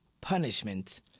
punishment